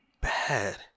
bad